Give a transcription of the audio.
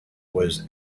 was